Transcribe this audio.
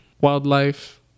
Wildlife